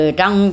trong